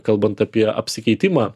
kalbant apie apsikeitimą